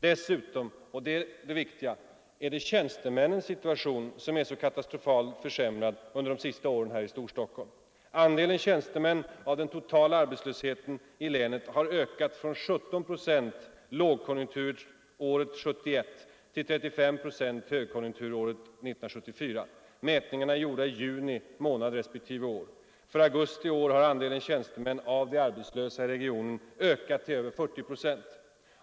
Dessutom — och det är det viktiga — är det tjänstemännens situation som så katastrofalt försämrats under de senaste åren här i Storstockholm. Andelen tjänstemän av det totala antalet arbetslösa i länet har ökat från 17 procent lågkonjunkturåret 1971 till 35 procent högkonjunkturåret 1974. Mätningarna är gjorda i juni månad respektive år. För augusti i år har andelen tjänstemän bland de arbetslösa i regionen ökat till över 40 procent.